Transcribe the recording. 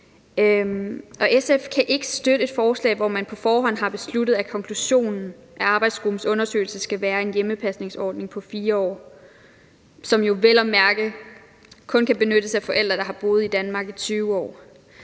SF kan ikke støtte et forslag, hvor man på forhånd har besluttet, at konklusionen af arbejdsgruppens undersøgelse skal være en hjemmepasningsordning på 4 år, som jo vel at mærke kun kan benyttes af forældre, der har boet i Danmark i 20 år.